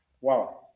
Wow